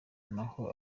naho